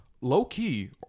low-key